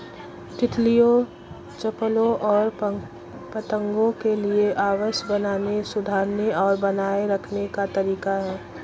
तितलियों, चप्पलों और पतंगों के लिए आवास बनाने, सुधारने और बनाए रखने का तरीका है